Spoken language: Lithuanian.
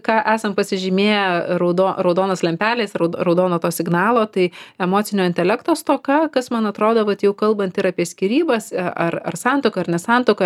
ką esam pasižymėję raudo raudonos lempelės raudono signalo tai emocinio intelekto stoka kas man atrodo vat jau kalbant ir apie skyrybas ar ar santuoką ar ne santuoką